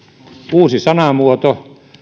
uusi sanamuoto